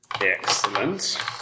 Excellent